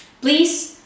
please